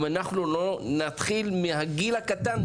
אם אנחנו לא נתחיל מהגיל הקטן,